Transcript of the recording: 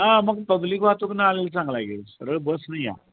हां मग पब्लीक वाहतूकीनं आलेलं चांगला आहे की सरळ बसने या